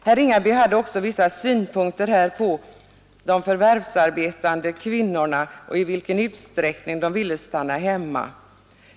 Herr Ringaby hade också vissa synpunkter på i vilken utsträckning de förvärvsarbetande kvinnorna vill stanna hemma.